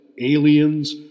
aliens